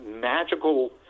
magical